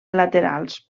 laterals